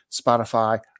Spotify